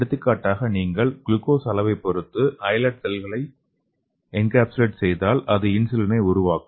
எடுத்துக்காட்டாக நீங்கள் குளுக்கோஸ் அளவைப் பொறுத்து ஐலேட் செல்களை என்கேப்சுலேட் செய்தால் அது இன்சுலினை உருவாக்கும்